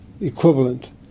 equivalent